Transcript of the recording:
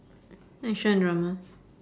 action and drama